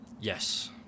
Yes